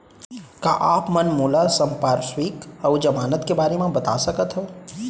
का आप मन मोला संपार्श्र्विक अऊ जमानत के बारे म बता सकथव?